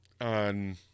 on